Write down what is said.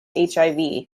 hiv